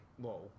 Whoa